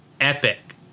epic